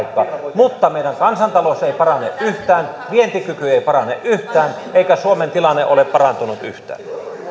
mutta meidän kansantaloutemme ei parane yhtään vientikykymme ei parane yhtään eikä suomen tilanne ole parantunut yhtään